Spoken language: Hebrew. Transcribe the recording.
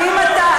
האם אתה,